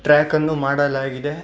ಟ್ರ್ಯಾಕನ್ನು ಮಾಡಲಾಗಿದೆ